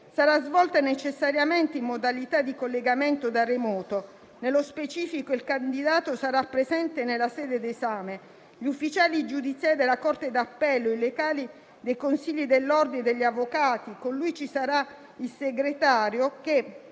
Sarà svolta necessariamente in modalità di collegamento da remoto. Nello specifico, il candidato sarà presente nella sede d'esame: gli uffici giudiziari della Corte d'appello o i locali dei consigli dell'ordine degli avvocati. Con lui ci sarà il segretario, che